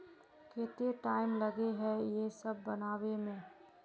केते टाइम लगे है ये सब बनावे में?